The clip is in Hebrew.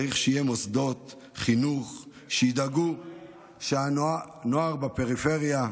צריך שיהיו מוסדות חינוך שידאגו לנוער בפריפריה,